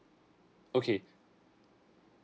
okay